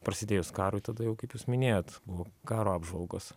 prasidėjus karui tada jau kaip jūs minėjot buvo karo apžvalgos